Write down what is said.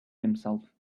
himself